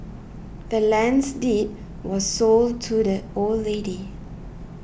the land's deed was sold to the old lady